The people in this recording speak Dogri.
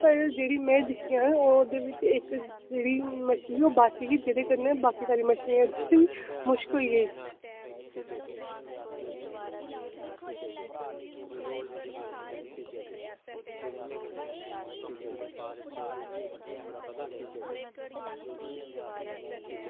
पर जेह्ड़ी में दिक्खेआ ओह्दे बिच्च इक जेह्ड़ी मच्छी ही ओह् बासी दी जेहदे कन्नै बाकी सारियें मच्छियें च बी मुश्क होई गेई